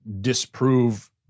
disprove